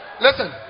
Listen